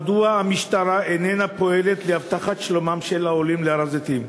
מדוע המשטרה איננה פועלת להבטחת שלומם של העולים להר-הזיתים?